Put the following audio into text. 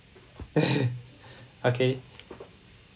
okay